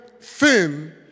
thin